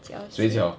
水饺